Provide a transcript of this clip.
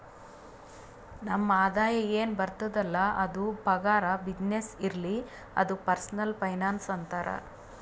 ನಮ್ ಆದಾಯ ಎನ್ ಬರ್ತುದ್ ಅಲ್ಲ ಅದು ಪಗಾರ, ಬಿಸಿನ್ನೆಸ್ನೇ ಇರ್ಲಿ ಅದು ಪರ್ಸನಲ್ ಫೈನಾನ್ಸ್ ಅಂತಾರ್